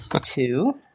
Two